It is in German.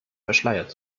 verschleiert